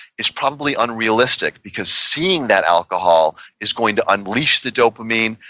is probably unrealistic, because seeing that alcohol is going to unleash the dopamine.